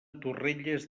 torrelles